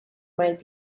might